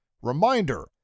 Reminder